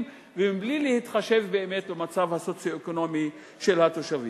ומבלי להתחשב באמת במצב הסוציו-אקונומי של התושבים.